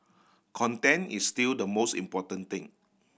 content is still the most important thing